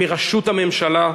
מראשות הממשלה,